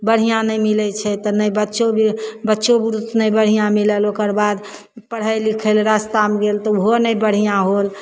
बढ़िआँ नहि मिलैत छै तऽ नहि बच्चो भी बच्चो नहि बढ़िआँ मिलल ओकरबाद पढ़ै लिखै लए रास्तामे गेल तऽ ओहो नहि बढ़िआँ होएल